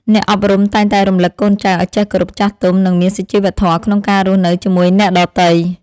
អ្នកអប់រំតែងតែរំលឹកកូនចៅឱ្យចេះគោរពចាស់ទុំ និងមានសុជីវធម៌ក្នុងការរស់នៅជាមួយអ្នកដទៃ។